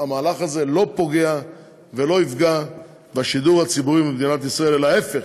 המהלך הזה לא פוגע ולא יפגע בשידור הציבורי במדינת ישראל אלא ההפך: